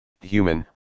human